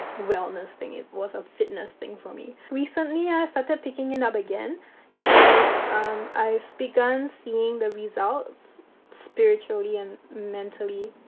wellness thing. it was a fitness thing for me. recently, i started picking it up again cause i've begun seeing the results spiritually and mentally.